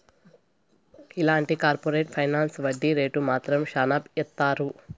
ఇలాంటి corporate finance వడ్డీ rate మాత్రం శ్యానా ఏత్తారు